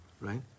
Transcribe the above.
right